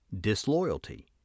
disloyalty